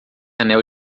anel